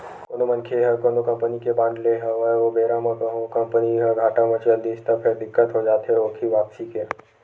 कोनो मनखे ह कोनो कंपनी के बांड लेय हवय ओ बेरा म कहूँ ओ कंपनी ह घाटा म चल दिस त फेर दिक्कत हो जाथे ओखी वापसी के